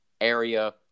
area